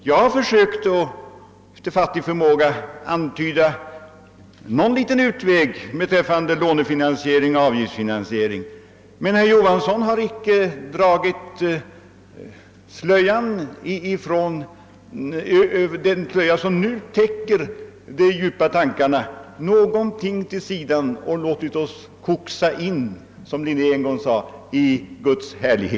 Jag har efter fattig förmåga försökt antyda en utväg, nämligen lånefinansiering och avgiftsfinansiering, men herr Johansson har inte alls dragit åt sidan den slöja som nu täcker de djupa tankarna och låtit oss »koxa in i Guds härlighet», som Linné en gång sade.